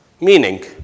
Meaning